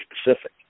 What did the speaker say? specific